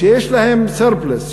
שיש להן surplus,